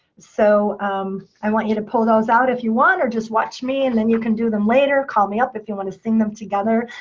so i want you to pull those out if you want, or just watch me, and and you can do them later. call me up if you want to sing them together.